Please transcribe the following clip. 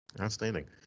Outstanding